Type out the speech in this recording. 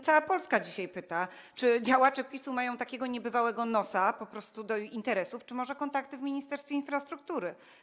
Cała Polska dzisiaj pyta, czy działacze PiS mają takiego niebywałego nosa do interesów, czy może kontakty w Ministerstwie Infrastruktury.